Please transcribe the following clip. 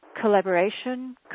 collaboration